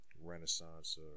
renaissance